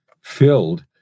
filled